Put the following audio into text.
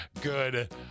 good